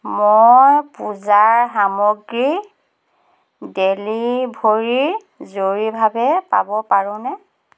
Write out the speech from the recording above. মই পূজাৰ সামগ্ৰী ডেলিভাৰী জৰুৰীভাৱে পাব পাৰোঁনে